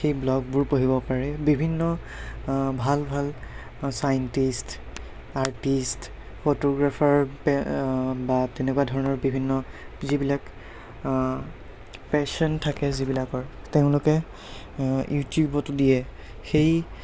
সেই ব্লগবোৰ পঢ়িব পাৰে বিভিন্ন ভাল ভাল চাইণ্টিষ্ট আৰ্টিষ্ট ফটোগ্ৰাফাৰ বা তেনেকুৱা ধৰণৰ বিভিন্ন যিবিলাক পেচন থাকে যিবিলাকৰ তেওঁলোকে ইউটিউবতো দিয়ে সেই